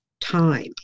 time